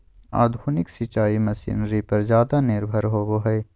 आधुनिक सिंचाई मशीनरी पर ज्यादा निर्भर होबो हइ